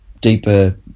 deeper